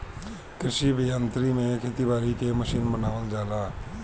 कृषि अभियांत्रिकी में खेती बारी के मशीन बनावल जाला